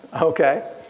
Okay